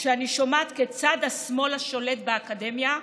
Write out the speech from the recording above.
כשאני שומעת כיצד השמאל, השולט באקדמיה,